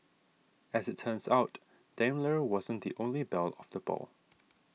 as it turns out Daimler wasn't the only belle of the ball